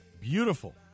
beautiful